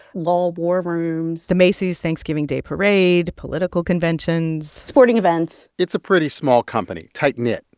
law board rooms. the macy's thanksgiving day parade, political conventions. sporting events it's a pretty small company, tight-knit.